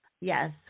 yes